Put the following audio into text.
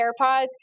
AirPods